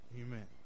Amen